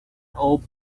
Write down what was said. old